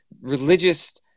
religious